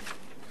גברתי.